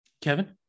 Kevin